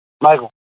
Michael